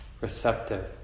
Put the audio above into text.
receptive